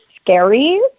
scary